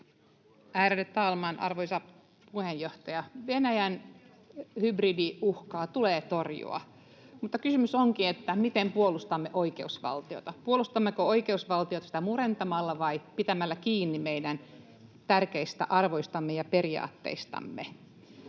arvoisa puheenjohtaja! Venäjän hybridiuhkaa tulee torjua, mutta kysymys onkin siitä, miten puolustamme oikeusvaltiota: puolustammeko oikeusvaltiota sitä murentamalla vai pitämällä kiinni meidän tärkeistä arvoistamme ja periaatteistamme.